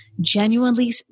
genuinely